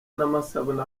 n’amasabune